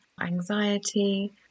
anxiety